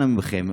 אנא מכם,